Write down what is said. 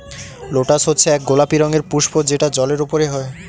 lotus হচ্ছে এক গোলাপি রঙের পুস্প যেটা জলের ওপরে হয়